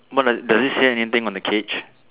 more like does it say anything on the cage